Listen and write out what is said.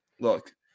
Look